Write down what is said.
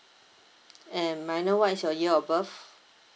and may I know what is your year of birth